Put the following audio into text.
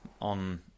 on